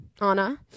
Anna